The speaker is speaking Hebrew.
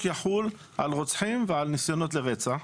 יחול על רוצחים ועל ניסיונות לרצח,